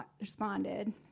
responded